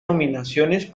nominaciones